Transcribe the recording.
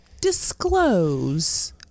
disclose